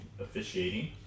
officiating